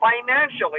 financially